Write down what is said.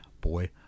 Boy